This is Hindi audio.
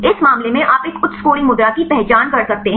इस मामले में आप एक उच्च स्कोरिंग मुद्रा की पहचान कर सकते हैं